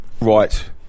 right